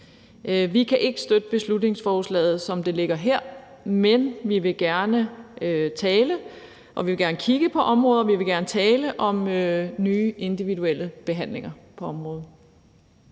Vi kan ikke støtte beslutningsforslaget, som det ligger her, men vi vil gerne kigge på området, og vi vil gerne tale om nye individuelle behandlinger på området.